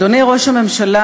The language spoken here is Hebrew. אדוני ראש הממשלה,